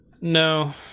No